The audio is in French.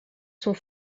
sont